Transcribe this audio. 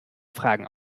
fragen